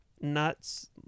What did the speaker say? nuts